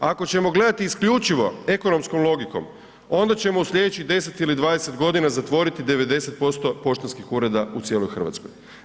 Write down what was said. Ako ćemo gledati isključivo ekonomskom logikom onda ćemo u slijedećih 10 ili 20 godina zatvoriti 90% poštanskih ureda u cijeloj Hrvatskoj.